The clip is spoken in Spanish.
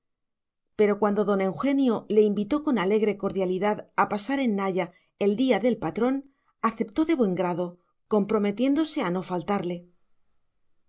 pero cuando don eugenio le invitó con alegre cordialidad a pasar en naya el día del patrón aceptó de buen grado comprometiéndose a no faltarle